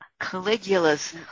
Caligula's